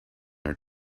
are